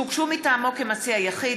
שהוגשו מטעמו כמציע יחיד,